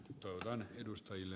erittäin hyviä